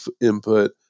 input